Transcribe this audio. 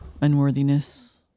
unworthiness